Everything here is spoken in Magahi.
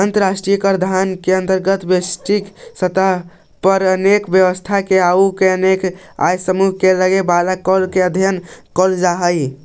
अंतर्राष्ट्रीय कराधान के अंतर्गत वैश्विक स्तर पर अनेक व्यवस्था में अउ अनेक आय समूह में लगे वाला कर के अध्ययन कैल जा हई